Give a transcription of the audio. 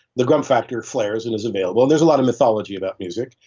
the grand factory flairs and is available and there's a lot of mythology about music.